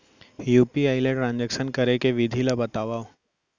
UPI ले transaction करे के विधि ला बतावव?